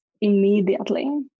immediately